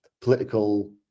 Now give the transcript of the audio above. political